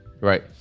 right